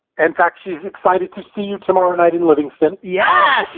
and fact, she's excited to see you tomorrow night in livingston. oh yeah,